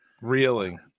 reeling